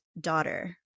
daughter